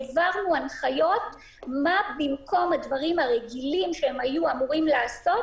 העברנו הנחיות מה הם יעשו במקום הדברים הרגילים שהם היו אמורים לעשות.